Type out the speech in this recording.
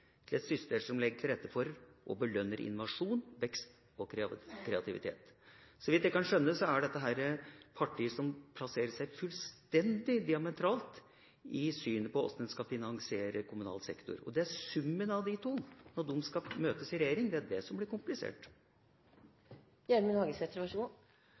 være et system for statlige politiske føringer til et system som legger til rette for og belønner innovasjon, vekst og kreativitet». Så vidt jeg kan skjønne, er dette partier med fullstendig diametralt syn på hvordan man skal finansiere kommunal sektor. Det er summen av de to – at de skal møtes i regjering – som blir